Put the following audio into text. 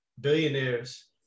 billionaires